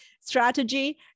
strategy